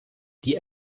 die